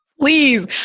Please